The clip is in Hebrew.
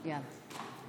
יאללה.